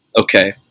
okay